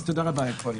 תודה רבה, כבודו.